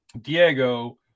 Diego